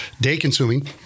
day-consuming